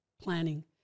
planning